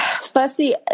firstly